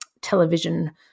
television